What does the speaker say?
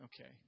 Okay